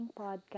Podcast